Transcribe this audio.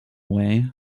way